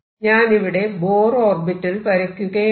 ഞാനിവിടെ Bohr orbital വരയ്ക്കുകയാണ്